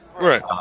Right